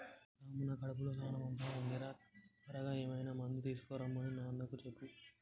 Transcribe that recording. రాము నా కడుపులో సాన మంటగా ఉంది రా త్వరగా ఏమైనా మందు తీసుకొనిరమన్ని నాన్నకు చెప్పు